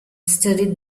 studied